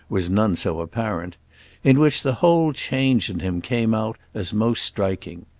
was none so apparent in which the whole change in him came out as most striking.